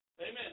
Amen